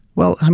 well, um